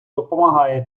допомагає